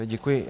Děkuji.